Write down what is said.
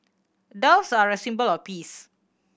doves are a symbol of peace